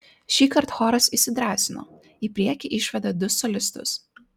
šįkart choras įsidrąsino į priekį išvedė du solistus